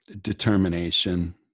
determination